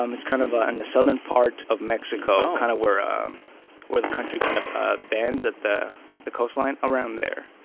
um kind of ah and the southern part of mexico, kind of where um where the country kind of ah bands at the at the coastline, around there.